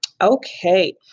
Okay